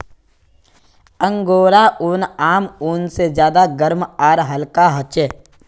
angora ऊन आम ऊन से ज्यादा गर्म आर हल्का ह छे